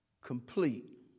complete